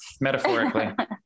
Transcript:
metaphorically